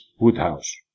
Woodhouse